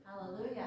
Hallelujah